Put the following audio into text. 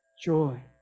Joy